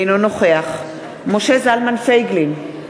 אינו נוכח משה זלמן פייגלין,